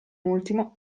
ultimo